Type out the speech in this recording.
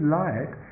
light